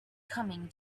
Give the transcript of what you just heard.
coming